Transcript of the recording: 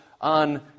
on